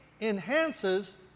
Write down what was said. enhances